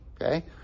Okay